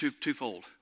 twofold